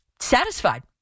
satisfied